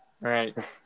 Right